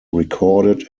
recorded